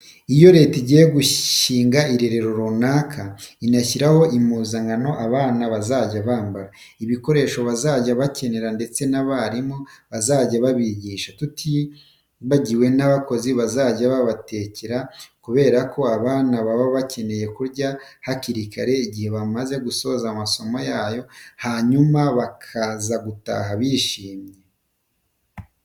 Iyo Leta igiye gushinga irerero runaka, inashyiraho impuzankano abana bazajya bambara, ibikoresho bazajya bakenera ndetse n'abarimu bazajya babigisha, tutibagiwe n'abakozi bazajya babatekera kubera ko abana baba bakeneye kurya hakiri kare igihe bamaze gusoza amasomo, hanyuma bakaza gutaha bishimye.